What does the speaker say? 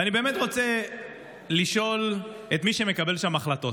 אני באמת רוצה לשאול את מי שמקבל שם החלטות: